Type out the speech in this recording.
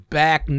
back